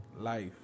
life